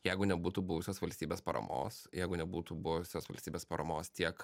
jeigu nebūtų buvusios valstybės paramos jeigu nebūtų buvusios valstybės paramos tiek